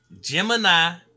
Gemini